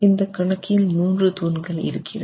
இந்த கணக்கில் மூன்று தூண்கள் இருக்கிறது